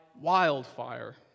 wildfire